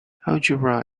algebra